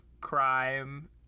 crime